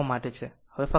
ફક્ત તે કરો તે 1